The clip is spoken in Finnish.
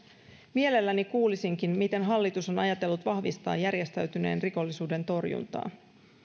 mielelläni kuulisinkin miten hallitus on ajatellut vahvistaa järjestäytyneen rikollisuuden torjuntaa